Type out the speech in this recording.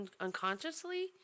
unconsciously